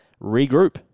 regroup